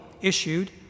issued